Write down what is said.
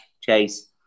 chase